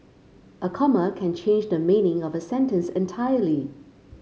a comma can change the meaning of a sentence entirely